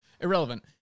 Irrelevant